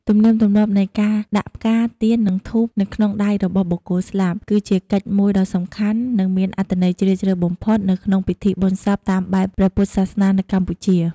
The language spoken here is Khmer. ទំនៀមទម្លាប់នៃការដាក់ ផ្កា ទៀន និងធូប នៅក្នុងដៃរបស់បុគ្គលស្លាប់ គឺជាកិច្ចមួយដ៏សំខាន់ និងមានអត្ថន័យជ្រាលជ្រៅបំផុតនៅក្នុងពិធីបុណ្យសពតាមបែបព្រះពុទ្ធសាសនានៅកម្ពុជា។